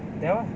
Dell ah